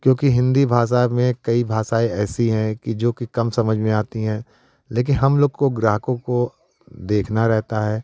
क्योंकि हिन्दी भाषा में कई भाषाएं ऐसी हैं कि जोकि कम समझ में आती हैं लेकिन हम लोग को ग्राहकों को देखना रहता है